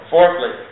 Fourthly